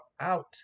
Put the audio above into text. out